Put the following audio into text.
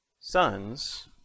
sons